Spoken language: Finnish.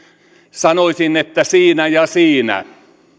sanoisin että siinä ja siinä